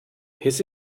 his